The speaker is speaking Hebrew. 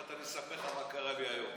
עוד מעט אני אספר לך מה קרה לי היום.